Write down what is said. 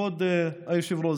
כבוד היושב-ראש,